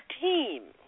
team